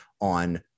on